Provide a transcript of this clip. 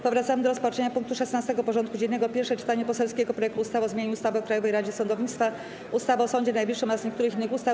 Powracamy do rozpatrzenia punktu 16. porządku dziennego: Pierwsze czytanie poselskiego projektu ustawy o zmianie ustawy o Krajowej Radzie Sądownictwa, ustawy o Sądzie Najwyższym oraz niektórych innych ustaw.